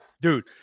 dude